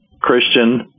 Christian